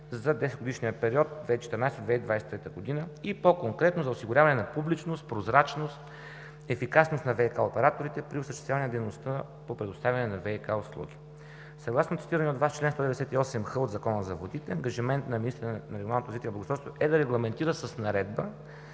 за 10-годишния период 2014 2023 г. и по-конкретно за осигуряване на публичност, прозрачност, ефикасност на ВиК операторите при осъществяване на дейността по предоставяне на ВиК услуги. Съгласно цитирания от Вас чл. 198х от Закона за водите, ангажимент на министъра на регионалното развитие и благоустройството е да регламентира с наредба